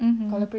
mmhmm